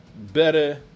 better